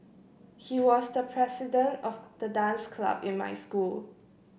he was the president of the dance club in my school